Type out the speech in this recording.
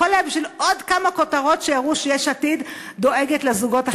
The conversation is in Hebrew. הכול היה בשביל עוד כמה כותרות שיראו שיש עתיד דואגת לזוגות החד-מיניים?